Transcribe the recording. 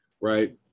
right